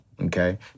Okay